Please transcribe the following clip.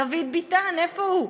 דוד ביטן, איפה הוא?